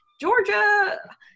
Georgia